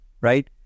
right